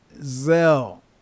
Zell